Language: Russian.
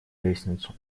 лестницу